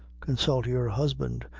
consult your husband,